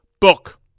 book